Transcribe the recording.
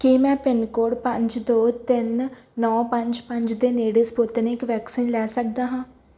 ਕੀ ਮੈਂ pin code ਪੰਜ ਦੋ ਤਿੰਨ ਨੌਂ ਪੰਜ ਪੰਜ ਦੇ ਨੇੜੇ ਸਪੁਟਨਿਕ ਵੈਕਸੀਨ ਲੈ ਸਕਦਾ ਹਾਂ